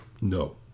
No